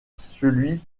celui